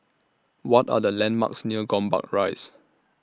What Are The landmarks near Gombak Rise